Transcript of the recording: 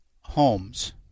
homes